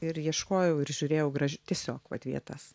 ir ieškojau ir žiūrėjau graž tiesiog vat vietas